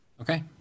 Okay